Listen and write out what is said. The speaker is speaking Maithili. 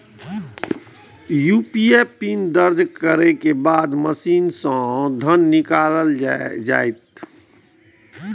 यू.पी.आई पिन दर्ज करै के बाद मशीन सं धन निकैल जायत